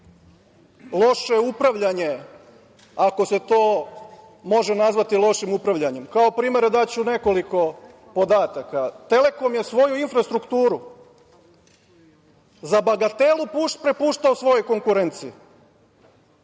loše upravljanje, ako se to može nazvati lošim upravljanjem. Kao primer daću nekoliko podataka. „Telekom“ je svoju infrastrukturu za bagatelu prepuštao svojoj konkurenciji